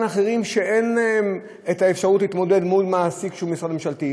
שאין להם אפשרות להתמודד עם מעסיק שהוא משרד ממשלתי?